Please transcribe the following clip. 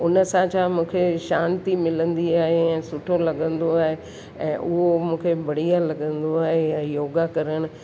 उन सां छा मूंखे शांती मिलंदी आहे ऐं सुठो लॻंदो आहे ऐं उहो मूंखे बढ़िया लॻंदो आहे ऐं योगा करणु